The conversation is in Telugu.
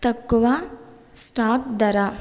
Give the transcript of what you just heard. తక్కువ స్టాక్ ధర